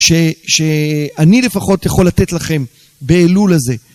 שאני לפחות יכול לתת לכם באלול הזה.